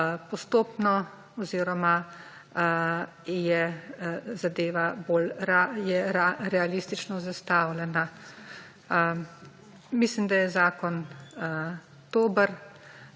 postopno oziroma je zadeva bolj, je realistično zastavljena. Mislim, da je zakon dober,